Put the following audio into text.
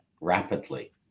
rapidly